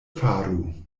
faru